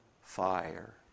fire